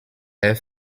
air